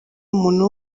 umuntu